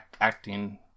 acting